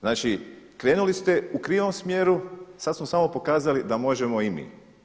Znači krenuli ste u krivom smjeru, sad smo samo pokazali da možemo i mi.